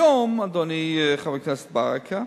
היום, אדוני חבר הכנסת ברכה,